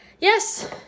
Yes